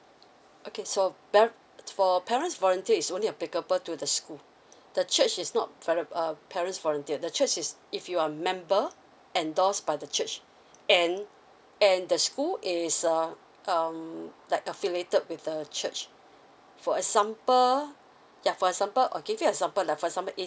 okay so par~ for parents volunteer is only applicable to the school the church is not par~ err parents volunter the church is if you are a member endorsed by the church and and the school is a um like affiliated with the church for example yeah for example I'll give you example lah for example if